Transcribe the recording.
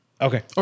Okay